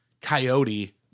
coyote –